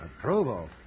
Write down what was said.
Approval